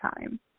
time